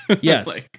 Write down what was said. yes